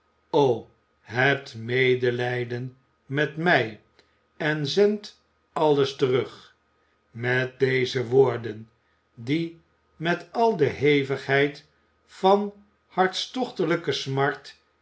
o hebt medelijden met mij en zendt alles terug met deze woorden die met al de hevigheid van hartstochtelijke smart